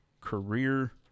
career